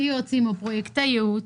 שיא יועצים או פרויקטי ייעוץ,